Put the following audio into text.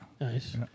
Nice